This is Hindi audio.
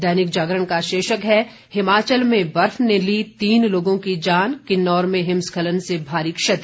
दैनिक जागरण का शीर्षक है हिमाचल में बर्फ ने ली तीन लोगों की जान किन्नौर में हिमस्खलन से भारी क्षति